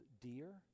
dear